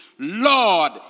Lord